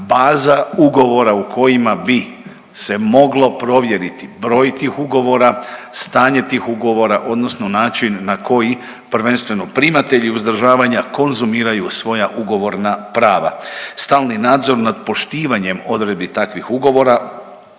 baza ugovora u kojima bi se moglo provjeriti broj tih ugovora, stanje tih ugovora odnosno način na koji prvenstveno primatelji uzdržavanja konzumiraju svoja ugovorna prava, stalni nadzor nad poštivanjem odredbi takvih ugovora